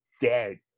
dead